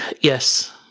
Yes